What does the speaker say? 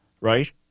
right